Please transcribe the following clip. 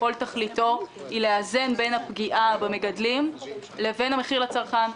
כל תכליתו היא לאזן בין הפגיעה במגדלים לבין המחיר לצרכן.